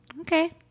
okay